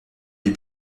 des